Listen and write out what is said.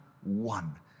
one